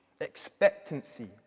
expectancy